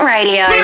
Radio